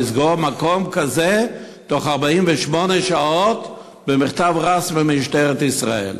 לסגור מקום כזה בתוך 48 שעות במכתב רסמי ממשטרת ישראל.